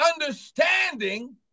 understanding